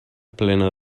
plena